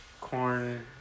corn